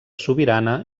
sobirana